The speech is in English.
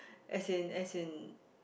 as in as in